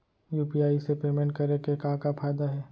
UPI से payment करे के का का फायदा हे?